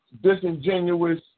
disingenuous